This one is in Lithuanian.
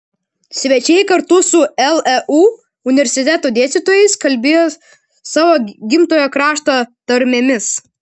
svečiai kartu su leu universiteto dėstytojais kalbėjo savo gimtojo krašto tarmėmis